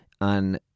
on